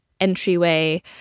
entryway